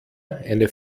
eine